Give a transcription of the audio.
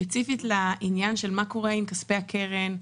ספציפית לעניין של מה קורה עם כספי הקרן,